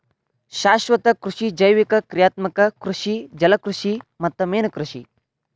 ಶಾಶ್ವತ ಕೃಷಿ ಜೈವಿಕ ಕ್ರಿಯಾತ್ಮಕ ಕೃಷಿ ಜಲಕೃಷಿ ಮತ್ತ ಮೇನುಕೃಷಿ